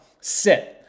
sit